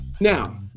Now